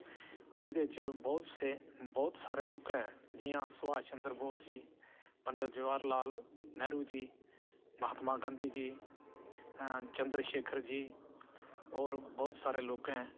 एह्दे च बोह्त से बोह्त सारे लोकें जियां सुभाश चन्द्र बोस जी पंडत जवाहर लाल नेह्रू जी महात्मा गांधी जी चन्द्र शेखर जी होर बोह्त सारें लोकें